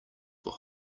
were